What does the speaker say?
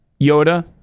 Yoda